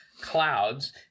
clouds